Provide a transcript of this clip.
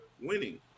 winning